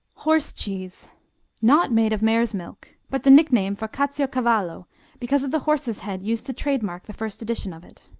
horse cheese not made of mare's milk, but the nickname for caciocavallo because of the horse's head used to trademark the first edition of it.